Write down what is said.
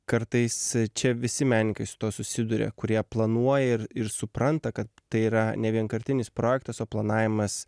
kartais čia visi menininkai su tuo susiduria kurie planuoja ir ir supranta kad tai yra nevienkartinis projektas o planavimas